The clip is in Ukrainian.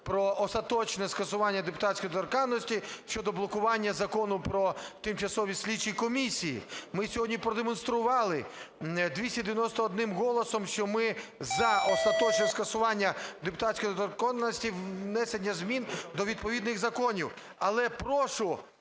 про остаточне скасування депутатської недоторканності, щодо блокування Закону про тимчасові слідчі комісії. Ми сьогодні продемонстрували 291 голосом, що ми за остаточне скасування депутатської недоторканності, внесення змін до відповідних законів. Але прошу